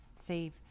save